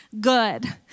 good